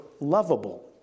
lovable